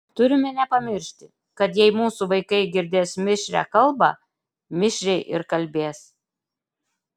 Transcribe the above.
turime nepamiršti kad jei mūsų vaikai girdės mišrią kalbą mišriai ir kalbės